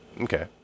Okay